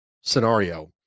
scenario